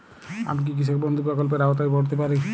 আমি কি কৃষক বন্ধু প্রকল্পের আওতায় পড়তে পারি?